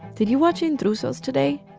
did you watch intrusos today?